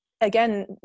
again